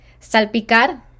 Salpicar